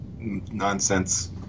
nonsense